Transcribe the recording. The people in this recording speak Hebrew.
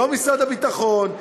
לא משרד הביטחון,